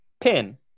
pin